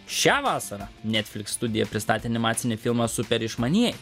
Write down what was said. šią vasarą netflix studija pristatė animacinį filmą super išmanieji